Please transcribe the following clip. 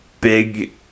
big